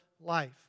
life